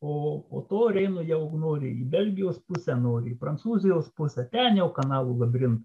o po to reino jeigu nori į belgijos pusę nori prancūzijos pusę ten jau kanalų labirintai